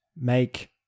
make